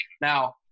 Now